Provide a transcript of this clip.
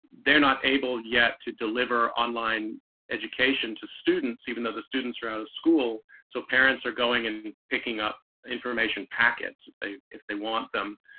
they're not able yet to deliver online education to students even though the students are out of school. so parents are going in picking up information packets if they if they want them.